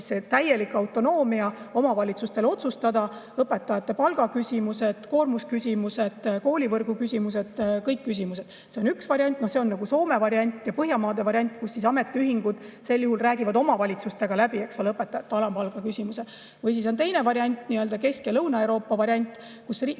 täielik autonoomia omavalitsustele otsustada õpetajate palga küsimused, koormuse küsimused, koolivõrgu küsimused – kõik küsimused. See on üks variant. See on Soome variant, üldse Põhjamaade variant, mille puhul ametiühingud räägivad omavalitsustega läbi õpetajate alampalga küsimuse. Või siis on teine variant, nii-öelda Kesk- ja Lõuna-Euroopa variant, mille